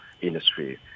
industry